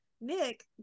nick